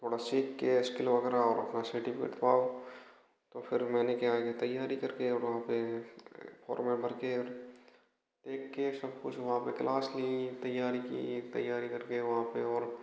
थोड़ा सीख कर एस्किल वगैरह और अपना सर्टिफिकेट पाओ तो फिर मैंने क्या किया तैयारी करके और वहाँ पर फॉर्म वॉरम भर कर देख कर सब कुछ वहाँ पर क्लास लिए तैयारी किये तैयारी करके वहाँ पर और